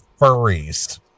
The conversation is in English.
furries